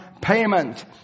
payment